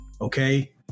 okay